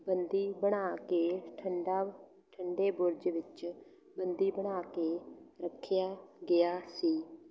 ਬੰਦੀ ਬਣਾ ਕੇ ਠੰਡਾ ਠੰਡੇ ਬੁਰਜ ਵਿੱਚ ਬੰਦੀ ਬਣਾ ਕੇ ਰੱਖਿਆ ਗਿਆ ਸੀ